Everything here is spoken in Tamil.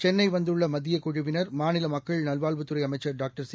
சென்னைவந்துள்ளமத்தியக் குழுவினர் மாநிலமக்கள் நல்வாழ்வுத்துறைஅமைச்சர் டாக்டர் சி